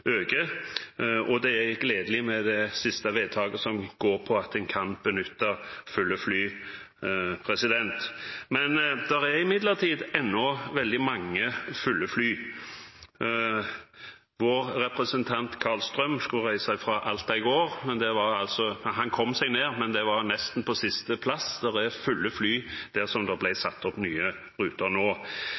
Det siste vedtaket, som går på at man kan benytte fulle fly, er gledelig. Det er imidlertid ennå veldig mange fulle fly. Vår representant Karlstrøm skulle reise fra Alta i går, han kom seg ned, men han fikk nesten den siste plassen – det er fulle fly der det ble satt opp nye ruter nå.